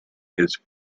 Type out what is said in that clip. his